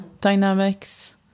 dynamics